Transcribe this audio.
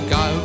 go